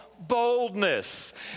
boldness